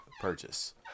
purchase